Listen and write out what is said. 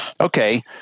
okay